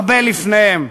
הרבה לפניהם,